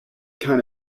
kind